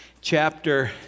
chapter